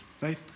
right